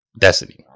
Destiny